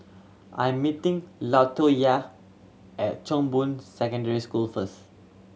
I'm meeting Latoyia at Chong Boon Secondary School first